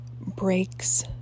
breaks